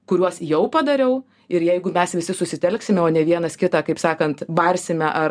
kuriuos jau padariau ir jeigu mes visi susitelksime o ne vienas kitą kaip sakant barsime ar